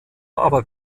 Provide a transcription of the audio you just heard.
aber